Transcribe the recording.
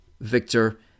Victor